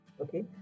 okay